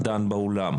האלה,